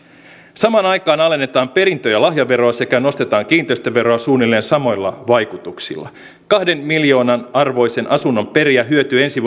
samaan aikaan alennetaan perintö ja lahjaveroa sekä nostetaan kiinteistöveroa suunnilleen samoilla vaikutuksilla kahden miljoonan arvoisen asunnon perijä hyötyy ensi